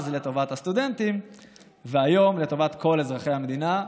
אז לטובת הסטודנטים והיום לטובת כל אזרחי המדינה.